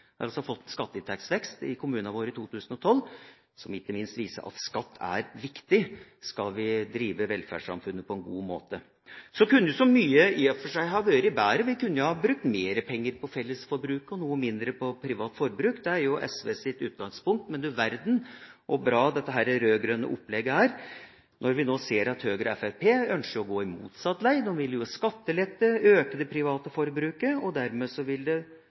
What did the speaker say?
Vi har altså fått en skatteinntekstvekst i kommunene våre i 2012, som ikke minst viser at skatt er viktig hvis vi skal drive velferdssamfunnet på en god måte. Så kunne mye også i og for seg ha vært bedre. Vi kunne ha brukt mer penger på fellesforbruk og noe mindre penger på privat forbruk, det er jo SVs utgangspunkt, men du verden hvor bra dette rød-grønne opplegget er når vi nå ser at Høyre og Fremskrittspartiet ønsker å gå motsatt veg. De vil ha skattelette og øke det private forbruket, og dermed vil det